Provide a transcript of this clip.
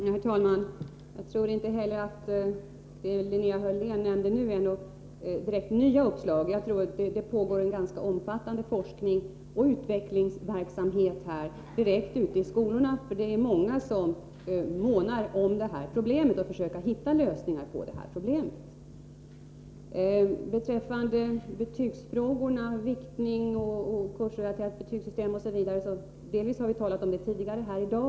Herr talman! Jag tror inte att det Linnea Hörlén nu nämnde är några direkt nya uppslag. Det pågår en ganska omfattande forskningsoch utvecklingsverksamhet på det här området ute i skolorna. Det är många som månar om att försöka hitta lösningar på det här problemet. Betygsfrågorna, viktning, kursrelaterade betygssystem osv. har vi till viss del talat om tidigare här i dag.